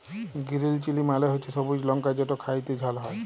গিরিল chilli মালে হছে সবুজ লংকা যেট খ্যাইতে ঝাল হ্যয়